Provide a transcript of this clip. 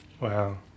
wow